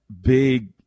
big